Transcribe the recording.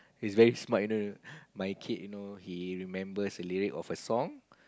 is very smart you know my kid you know he remembers the lyric of a song